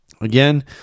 Again